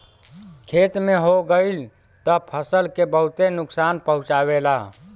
खेते में होई गयल त फसल के बहुते नुकसान पहुंचावेला